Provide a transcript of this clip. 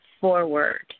forward